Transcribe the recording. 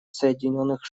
соединенных